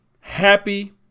happy